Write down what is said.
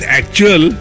actual